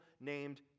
named